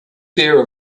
fear